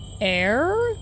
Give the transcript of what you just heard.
air